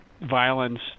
violence